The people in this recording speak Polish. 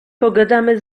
pogadamy